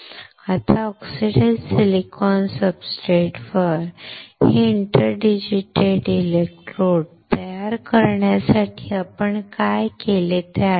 आता oxidised silicon सब्सट्रेटवर हे इंटर डिजीटेटेड इलेक्ट्रोड तयार करण्यासाठी आपण काय केले ते आठवूया